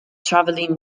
travelling